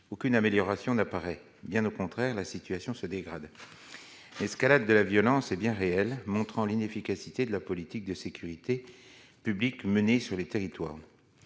aucune amélioration n'apparaît, bien au contraire, la situation se dégrade escalade de la violence est bien réelle, montrant l'inefficacité de la politique de sécurité publique menée sur les territoires